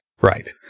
Right